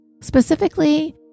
Specifically